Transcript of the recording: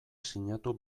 sinatu